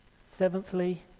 Seventhly